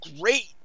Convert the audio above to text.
great